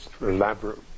elaborate